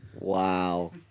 Wow